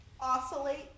Oscillate